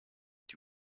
die